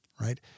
right